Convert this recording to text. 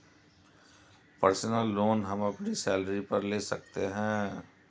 personal loan हम अपनी salary पर ले सकते है